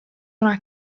una